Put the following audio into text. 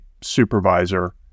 supervisor